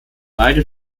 beide